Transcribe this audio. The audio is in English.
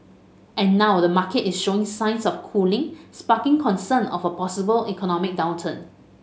and now the market is showing signs of cooling sparking concern of a possible economic downturn